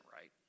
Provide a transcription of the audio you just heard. right